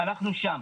אנחנו שם.